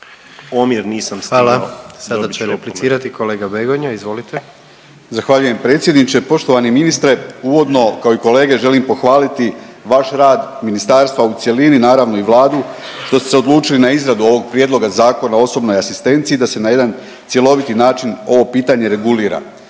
Hvala. Sada će replicirati kolega Begonja, izvolite. **Begonja, Josip (HDZ)** Zahvaljujem predsjedniče. Poštovani ministre, uvodno kao i kolege želim pohvaliti vaš rad ministarstva u cjelini, naravno i Vladu što su se odlučili na izradu ovog prijedloga Zakona o osobnoj asistenciji da se na jedan cjeloviti način ovo pitanje regulira.